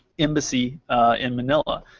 embassy in manila.